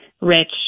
rich